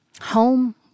Home